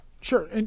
Sure